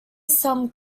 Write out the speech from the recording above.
some